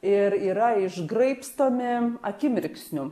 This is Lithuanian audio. ir yra išgraibstomi akimirksniu